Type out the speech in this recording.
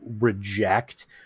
reject